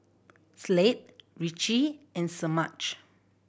Slade Ricci and Semaj